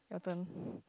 your turn